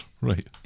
Right